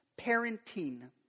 Parenting